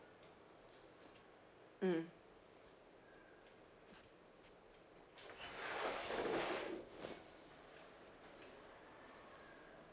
mm